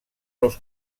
los